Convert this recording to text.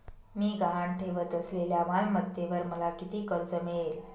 मी गहाण ठेवत असलेल्या मालमत्तेवर मला किती कर्ज मिळेल?